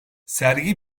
sergi